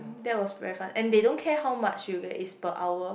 that was very fun and they don't care how much you get is per hour